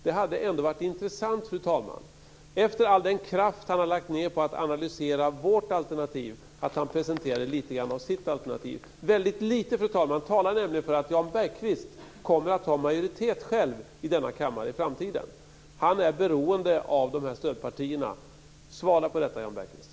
Det skulle ändå vara intressant, fru talman, om han efter det att han har lagt ned så mycket kraft på att analysera vårt alternativ skulle kunna presentera lite grann av sitt alternativ. Väldigt lite, fru talman, talar nämligen för att Jan Bergqvist kommer att ha majoritet själv i denna kammare i framtiden. Han är beroende av de här stödpartierna. Svara på de här frågorna, Jan Bergqvist!